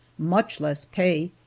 much less pay,